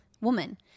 Woman